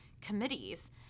committees